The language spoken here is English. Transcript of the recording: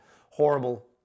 horrible